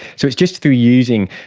so it's just through using